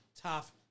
tough